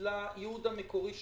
לייעוד המקורי שלהם.